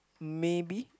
maybe